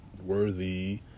worthy